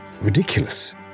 ridiculous